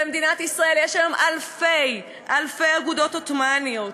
במדינת ישראל יש היום אלפי אגודות עות'מאניות,